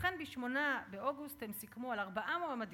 ובכן, ב-8 באוגוסט הם סיכמו על ארבעה מועמדים: